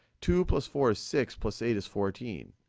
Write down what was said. two plus four is six plus eight is fourteen.